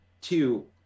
Two